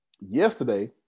yesterday